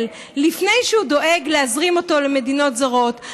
לפני שהוא דואג להזרים אותו למדינות זרות.